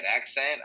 accent